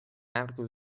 arku